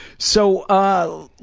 so, ah,